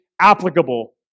applicable